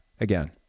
again